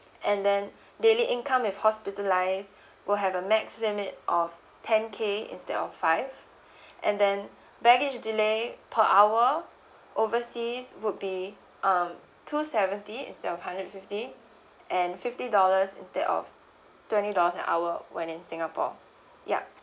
and then daily income with hospitalised will have a max limit of ten K instead of five and then baggage delay per hour overseas would be um two seventy instead of hundred and fifty and fifty dollars instead of twenty dollars an hour when in singapore yup